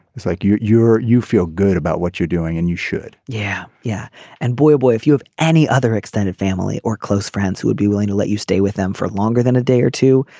this like you are you feel good about what you're doing and you should yeah yeah and boy boy if you have any other extended family or close friends who would be willing to let you stay with them for longer than a day or two.